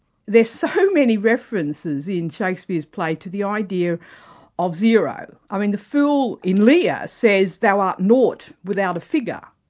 there's so many references in shakespeare's plays to the idea of zero. i mean the fool in lear says, thou art naught without a figure.